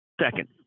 second